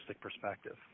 perspective